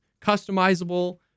customizable